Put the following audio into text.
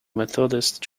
methodist